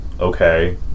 Okay